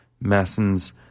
Masson's